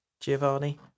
Giovanni